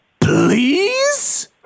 Please